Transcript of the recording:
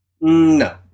No